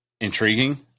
intriguing